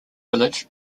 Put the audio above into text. village